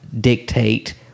dictate